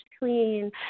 clean